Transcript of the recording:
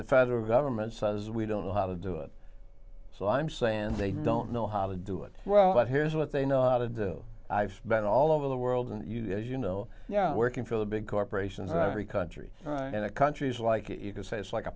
the federal government says we don't know how to do it so i'm saying they don't know how to do it well but here's what they know not to do i've been all over the world and you know as you know working for the big corporations and every country in the countries like you can say it's like a